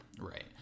right